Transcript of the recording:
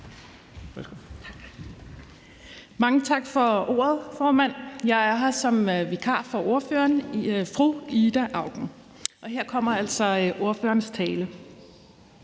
Mange tak for ordet, formand. Jeg er her som vikar for ordføreren, fru Ida Auken, og her kommer altså ordførerens tale.